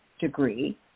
degree